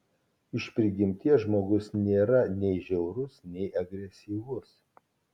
iš prigimties žmogus nėra nei žiaurus nei agresyvus